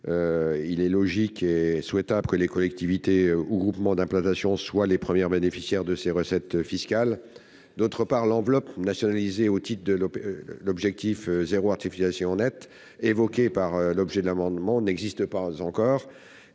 Il est logique et souhaitable que les collectivités ou groupements d'implantation soient les premiers bénéficiaires de ces recettes fiscales. Par ailleurs, l'enveloppe nationalisée au titre de l'objectif zéro artificialisation nette, évoquée dans l'objet de l'amendement, n'existe pas encore.